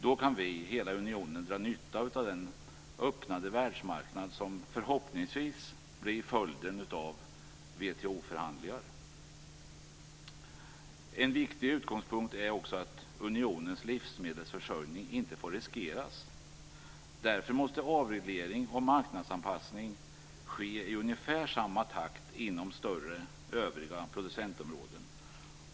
Då kan vi och hela unionen dra nytta av den öppnade världsmarknad som förhoppningsvis blir följden av En viktig utgångspunkt är också att unionens livsmedelsförsörjning inte riskeras. Därför måste avreglering och marknadsanpassning ske i ungefär samma takt inom övriga större producentområden.